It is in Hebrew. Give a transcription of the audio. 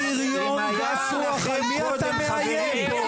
אם היו לכם קודם חברים,